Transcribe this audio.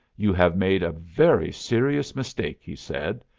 you have made a very serious mistake, he said,